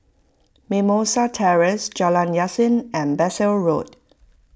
Mimosa Terrace Jalan Yasin and Bassein Road